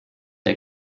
der